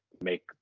make